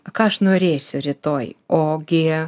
ką aš norėsiu rytoj ogi